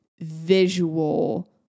visual